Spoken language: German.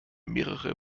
mehrere